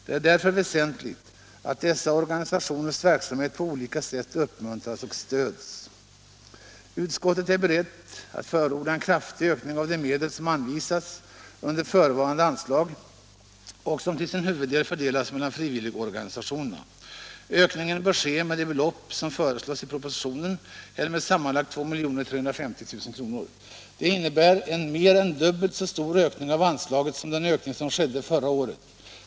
Det är därför väsentligt att dessa organisationers verksamhet på olika sätt uppmuntras och stöds. Utskottet är berett att förorda en kraftig ökning av de medel som anvisas under förevarande anslag och som till sin huvuddel fördelas mellan frivilligorganisationerna. Ökningen bör ske med de belopp som föreslås i propositionen eller med sammanlagt 2 350 000 kr. Detta innebär en mer än dubbelt så stor ökning av anslaget som den ökning som skedde förra året.